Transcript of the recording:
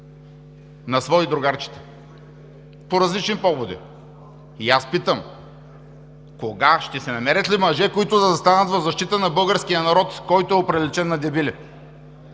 на свои другарчета по различни поводи. И аз питам – кога ще се намерят мъже, които да застанат в защита на българския народ, който е оприличен на дебили?!